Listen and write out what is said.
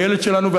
והילד שלנו,